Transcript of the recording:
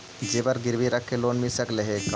जेबर गिरबी रख के लोन मिल सकले हे का?